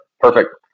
perfect